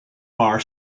bar